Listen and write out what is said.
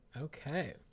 Okay